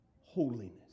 holiness